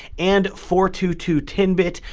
and four two two ten bit,